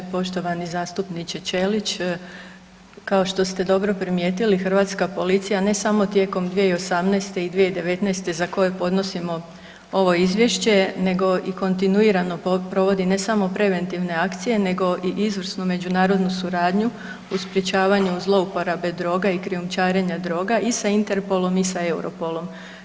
Poštovani zastupniče Ćelić, kao što ste dobro primijetili hrvatska policija ne samo tijekom 2018. i 2019. za koje podnosimo ovo izvješće nego i kontinuirano provodi ne samo preventivne akcije nego i izvrsnu međunarodnu suradnju u sprječavanju zlouporabe droga i krijumčarenja droga i sa Interpolom i sa Europolom.